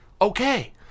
okay